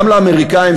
גם לאמריקנים,